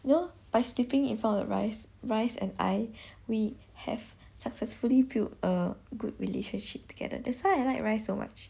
you know by sleeping in front of the rice rice and I we have successfully built a good relationship together that's why I like rice so much